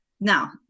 Now